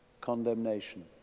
condemnation